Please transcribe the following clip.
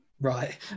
Right